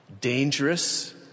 dangerous